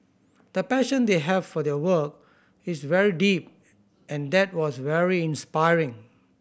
the passion they have for their work is very deep and that was very inspiring